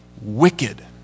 wicked